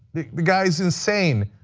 the guy is insane,